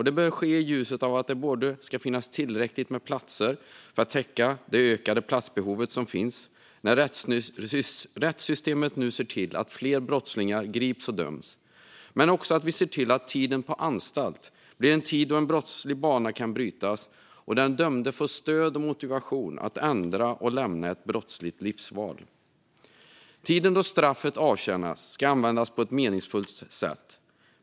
Det bör ske i ljuset av att det ska finnas tillräckligt med platser för att täcka det ökade platsbehovet när rättssystemet nu ser till att fler brottslingar grips och döms men också att vi ser till att tiden på anstalt blir en tid då en brottslig bana kan brytas och den dömde får stöd och motivation att ändra och lämna ett brottsligt livsval. Tiden då straffet avtjänas ska användas på ett meningsfullt sätt.